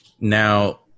Now